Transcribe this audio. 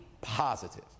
positive